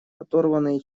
оторванные